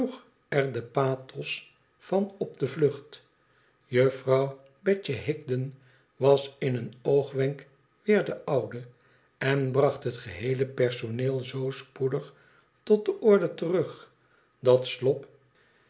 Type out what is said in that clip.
den pathos van op de vlucht vrouw betje higden was in een oogwenk weer de oude en bracht het geheele personeel zoo spoedig tot de orde terug dat slop